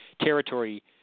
territory